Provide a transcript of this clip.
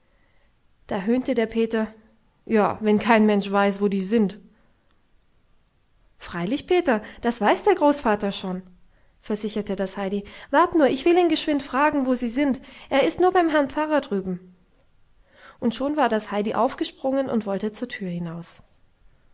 da höhnte der peter ja wenn kein mensch weiß wo die sind freilich peter das weiß der großvater schon versicherte das heidi wart nur ich will ihn geschwind fragen wo sie sind er ist nur beim herrn pfarrer drüben und schon war das heidi aufgesprungen und wollte zur tür hinaus